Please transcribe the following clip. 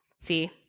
See